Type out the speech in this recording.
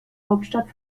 hauptstadt